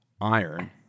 iron